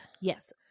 Yes